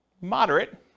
Moderate